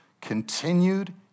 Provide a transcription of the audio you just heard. continued